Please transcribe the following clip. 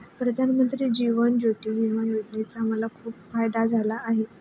प्रधानमंत्री जीवन ज्योती विमा योजनेचा मला खूप फायदा झाला आहे